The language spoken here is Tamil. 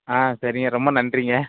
ஆ சரிங்க ரொம்ப நன்றிங்க